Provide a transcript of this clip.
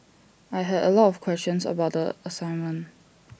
I had A lot of questions about the assignment